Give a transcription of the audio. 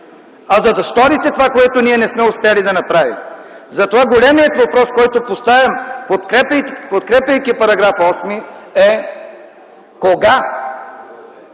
а за да сторите това, което ние не сме успели да направим. Затова големият въпрос, който поставям, подкрепяйки § 8, е: кога